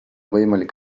võimalik